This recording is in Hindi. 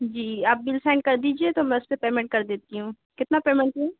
जी आप बिल साइन कर दीजिए तो मैं उस पर पेमेंट कर देती हूँ कितना पेमेंट है